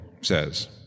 says